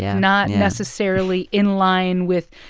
yeah not necessarily in line with,